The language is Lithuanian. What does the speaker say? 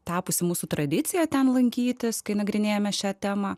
tapusi mūsų tradicija ten lankytis kai nagrinėjame šią temą